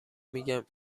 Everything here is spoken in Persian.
میگم